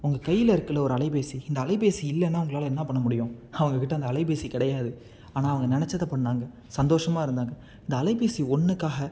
உங்கள் கையில் இருக்குதுல்ல ஒரு அலைபேசி இந்த அலைபேசி இல்லைன்னா உங்களால் என்ன பண்ண முடியும் அவங்கக்கிட்டே அந்த அலைபேசி கிடையாது ஆனால் அவங்க நினைச்சத பண்ணாங்க சந்தோஷமாக இருந்தாங்க இந்த அலைபேசி ஒன்றுக்காக